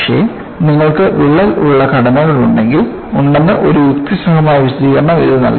പക്ഷേ നിങ്ങൾക്ക് വിള്ളൽ ഉള്ള ഘടനകൾ ഉണ്ടെന്ന് ഒരു യുക്തിസഹമായ വിശദീകരണം ഇത് നൽകി